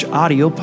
audio